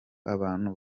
abantu